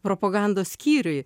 propagandos skyriui